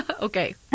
Okay